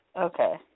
Okay